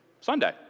Sunday